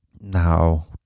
Now